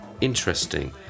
interesting